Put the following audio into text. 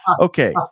Okay